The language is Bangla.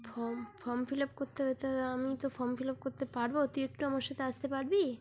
ফর্ম ফর্ম ফিল আপ করতে হবে তা আমি তো ফর্ম ফিল আপ করতে পারব তুই একটু আমার সাথে আসতে পারবি